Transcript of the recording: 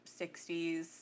60s